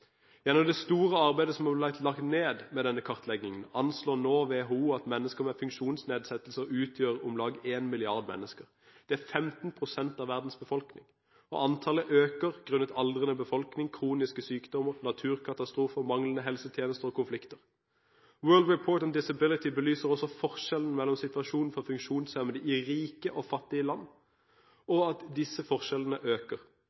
Gjennom det store arbeidet som ble lagt ned med denne kartleggingen, anslår nå WHO at mennesker med funksjonsnedsettelser utgjør om lag en milliard mennesker. Det er 15 pst. av verdens befolkning, og antallet øker grunnet aldrende befolkning, kroniske sykdommer, naturkatastrofer, manglende helsetjenester og konflikter. World report on disability belyser også forskjellene mellom funksjonshemmede i rike og i fattige land, og at disse forskjellene øker.